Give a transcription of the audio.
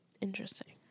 Interesting